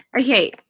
Okay